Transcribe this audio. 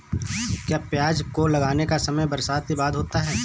क्या प्याज को लगाने का समय बरसात के बाद होता है?